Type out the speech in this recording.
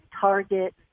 Target